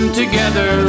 together